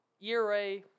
ERA